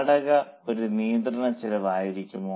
വാടക ഒരു നിയന്ത്രണ ചെലവ് ആയിരിക്കുമോ